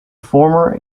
former